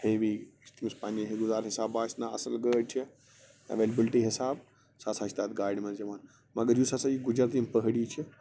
heavy یُس پنٕنہِ گُزارٕ حساب باسہِ نا اَصٕل گٲڑۍ چھِ ایٚویلِبُلِٹۍ حساب سُہ ہسا چھُ تتھ گاڑِ منٛز یِوان مگر یُس ہسا یہ گُجر تہٕ یِم پہٲڑی چھِ